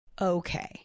okay